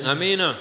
Amen